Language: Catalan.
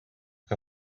que